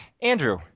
Andrew